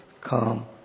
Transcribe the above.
come